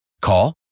Call